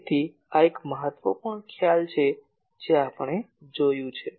તેથી આ એક મહત્વપૂર્ણ ખ્યાલ છે જે આપણે જોયું છે